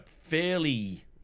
fairly